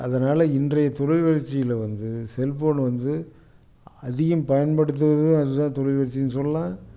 அதனால் இன்றைய தொழில் வளர்ச்சியில வந்து செல்ஃபோன் வந்து அதிகம் பயன்படுத்துவது அதுதான் தொழில் வளர்ச்சி சொல்லாம்